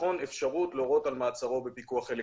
לבחון אפשרות להורות על מעצרו בפיקוח אלקטרוני.